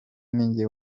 ninjye